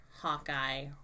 Hawkeye